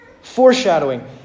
Foreshadowing